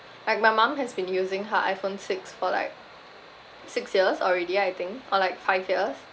like my mum has been using her iPhone six for like six years already I think or like five years